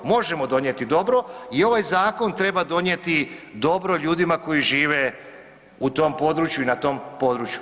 Možemo donijeti dobro i ovaj zakon treba donijeti dobro ljudima koji žive u tom području i na tom području.